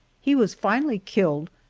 he was finally killed,